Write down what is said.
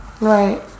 right